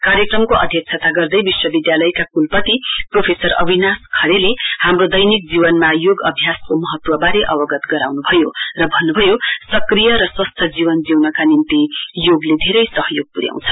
कार्यक्रमको अध्यक्षता गर्दै विश्वविद्यालयका क्लपति प्रोफेसर अविनाश खरेलले हाम्रो दैनिक जीवनमा योग अभ्यासको महत्वबारे जोड दिन्भयो र भन्न्भयो सक्रिय र स्वस्थ जीवन जिउनका निम्ति योगले धेरै सहयोग पूर्याउँछ